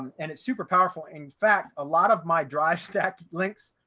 and it's super powerful. in fact, a lot of my drive stack links,